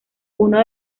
uno